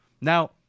Now